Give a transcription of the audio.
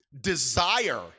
Desire